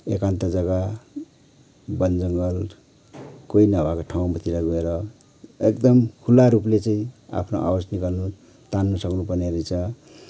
एकान्त जग्गा वन जङ्गल कोही न भएको ठाउँतिर गएर एकदम खुल्ला रूपले चाहिँ आफ्नो आवाज निकाल्नु तान्नु सक्नु पर्ने रहेछ